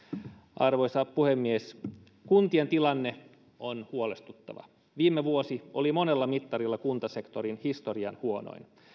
arvoisa puhemies kuntien tilanne on huolestuttava viime vuosi oli monella mittarilla kuntasektorin historian huonoin